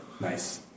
Nice